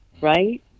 right